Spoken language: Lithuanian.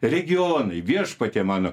regionai viešpatie mano